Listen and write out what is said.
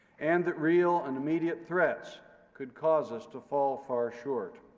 and that real and immediate threats could cause us to fall far short.